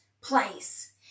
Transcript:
place